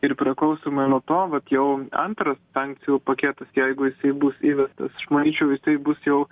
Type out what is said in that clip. ir priklausomai nuo to vat jau antras sankcijų paketas jeigu jisai bus įvestas aš manyčiau jisai bus jau